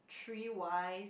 three wives